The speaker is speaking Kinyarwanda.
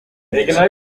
neza